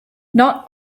not